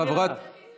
חברת הכנסת ברק.